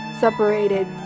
separated